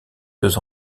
deux